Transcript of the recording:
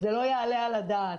זה לא יעלה על הדעת.